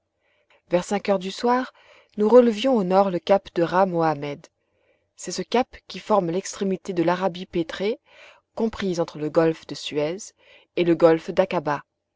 vers cinq heures du soir nous relevions au nord le cap de ras mohammed c'est ce cap qui forme l'extrémité de l'arabie pétrée comprise entre le golfe de suez et le golfe